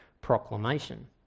proclamation